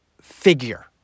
figure